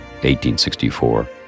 1864